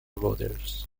voters